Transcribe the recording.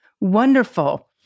wonderful